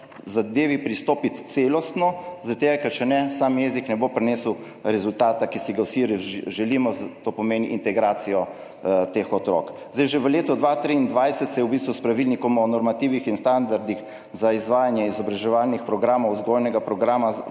zadevi pristopiti celostno. Zaradi tega ker če ne, sam jezik ne bo prinesel rezultata, ki si ga vsi želimo, to pomeni integracije teh otrok. Že v letu 2023 se je v bistvu s pravilnikom o normativih in standardih za izvajanje izobraževalnih programov in vzgojnega programa